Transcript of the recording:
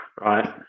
right